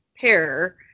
pair